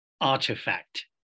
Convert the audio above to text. artifact